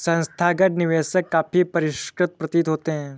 संस्थागत निवेशक काफी परिष्कृत प्रतीत होते हैं